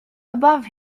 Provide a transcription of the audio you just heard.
above